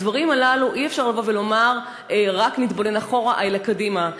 בדברים הללו אי-אפשר לבוא ולומר: רק נתבונן לא אחורה אלא קדימה.